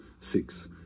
six